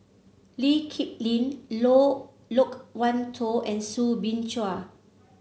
Lee Kip Lin Loke Wan Tho and Soo Bin Chua